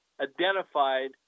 identified